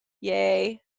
Yay